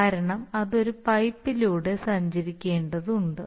കാരണം അത് ഒരു പൈപ്പിലൂടെ സഞ്ചരിക്കേണ്ടതുണ്ട്